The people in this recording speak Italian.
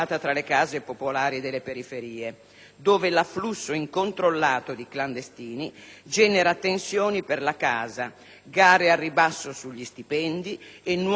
dove l'afflusso incontrollato di clandestini genera tensioni per la casa, gare al ribasso sugli stipendi e nuova manovalanza per lo spaccio di droga;